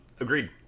agreed